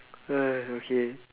okay